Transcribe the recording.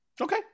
Okay